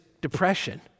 depression